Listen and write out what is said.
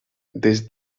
des